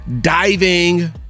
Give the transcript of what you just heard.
diving